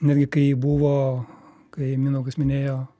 netgi kai buvo kai mindaugas minėjo